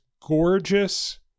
gorgeous